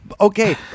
Okay